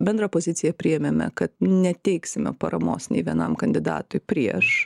bendrą poziciją priėmėme kad neteiksime paramos nei vienam kandidatui prieš